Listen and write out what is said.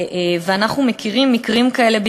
ואנחנו מכירים מקרים כאלה,